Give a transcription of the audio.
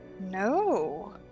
No